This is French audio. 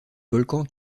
volcan